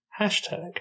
hashtag